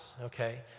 Okay